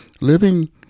Living